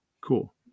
cool